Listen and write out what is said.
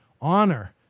honor